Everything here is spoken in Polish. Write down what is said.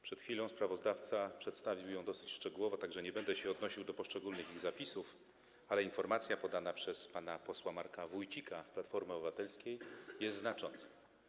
Przed chwilą sprawozdawca przedstawił ją dosyć szczegółowo, tak że nie będę się odnosił do poszczególnych jej zapisów, ale informacja podana przez pana posła Marka Wójcika z Platformy Obywatelskiej jest znacząca.